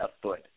afoot